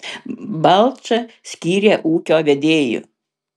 balčą skyrė ūkio vedėju